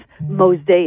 mosaic